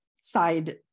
side